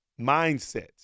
mindsets